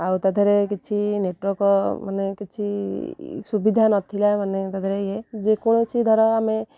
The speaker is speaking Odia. ଆଉ ତା ଦେହରେ କିଛି ନେଟୱାର୍କ ମାନେ କିଛି ସୁବିଧା ନଥିଲା ମାନେ ତା'ଦେହେରେ ଇଏ ଯେକୌଣସି ଧର ଆମେ